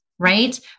Right